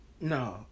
No